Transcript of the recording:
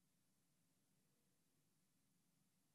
ממך, איימן, אני כבר 21 שנה פה.